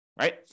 right